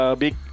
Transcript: big